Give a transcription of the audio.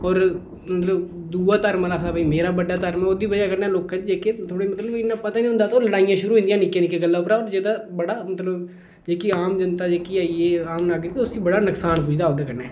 होर मतलब दूआ धर्म आह्ला आखदा के मेरा बड्डा धर्म ओह्दी बजह कन्नै लोकें च जेह्के थोह्ड़े मतलब उ'नेंईं इन्ना पता निं होंदा ओह् लड़ाइयां शुरू होई जंदियां हियां निक्की निक्की गल्ला उप्पर होर जेह्दा बड़ा मतलब जेह्की आम जनता जेह्की आइयै आम नागरिक उसी बड़ा नकसान पुजदा ओह्दे कन्नै